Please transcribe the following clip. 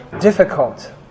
difficult